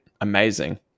amazing